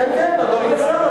כן, כן, אדוני השר,